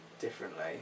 differently